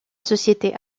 société